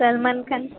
Salman Khan